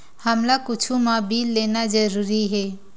हमला कुछु मा बिल लेना जरूरी हे?